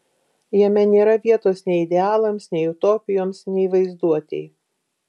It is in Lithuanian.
jame nėra vietos nei idealams nei utopijoms nei vaizduotei